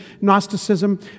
Gnosticism